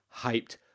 hyped